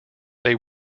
they